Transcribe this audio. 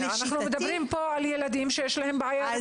אנחנו מדברים פה על ילדים שיש להם בעיה רפואית.